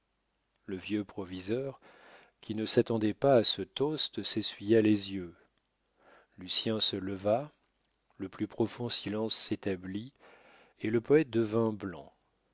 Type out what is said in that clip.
le vieux proviseur qui ne s'attendait pas à ce toast s'essuya les yeux lucien se leva le plus profond silence s'établit et le poète devint blanc